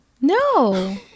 No